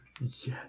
Yes